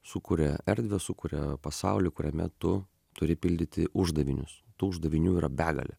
sukuria erdvę sukuria pasaulį kuriame tu turi pildyti uždavinius tų uždavinių yra begalė